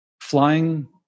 flying